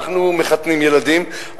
אנחנו מחתנים ילדים,